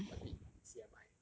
a bit C_M_I